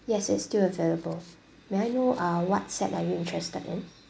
yes it's still available may I know uh what set are you interested in